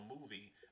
movie